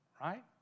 right